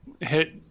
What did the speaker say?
hit